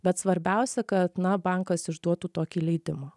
bet svarbiausia kad na bankas išduotų tokį leidimą